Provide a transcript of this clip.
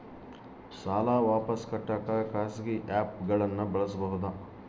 ಸಾಲ ವಾಪಸ್ ಕಟ್ಟಕ ಖಾಸಗಿ ಆ್ಯಪ್ ಗಳನ್ನ ಬಳಸಬಹದಾ?